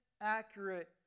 accurate